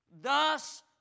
thus